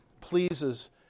pleases